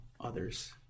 others